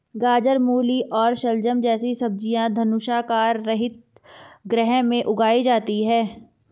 गाजर, मूली और शलजम जैसी सब्जियां धनुषाकार हरित गृह में उगाई जाती हैं